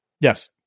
Yes